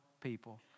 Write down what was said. people